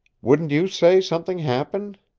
wouldn't you say something happened?